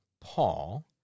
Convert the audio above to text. Paul